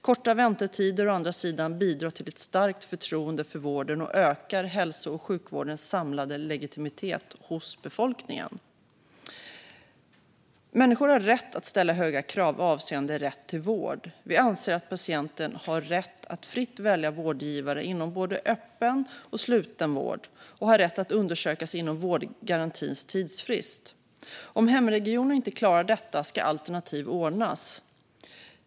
Korta väntetider bidrar å andra sidan till ett starkt förtroende för vården och ökar hälso och sjukvårdens samlade legitimitet hos befolkningen. Människor har rätt att ställa höga krav avseende rätt till vård. Vi anser att patienten har rätt att fritt välja vårdgivare inom både öppen och sluten vård och har rätt att undersökas inom vårdgarantins tidsfrist. Om hemregionen inte klarar detta ska alternativ ordnas.